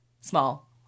small